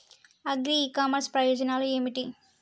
Agri e commerce ప్రయోజనాలు ఏమిటి?